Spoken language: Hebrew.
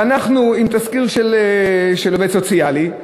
ואנחנו בעד תסקיר של עובד סוציאלי,